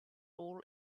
all